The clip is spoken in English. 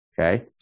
Okay